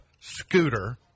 scooter